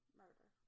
murder